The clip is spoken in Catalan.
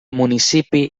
municipi